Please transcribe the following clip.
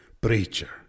Preacher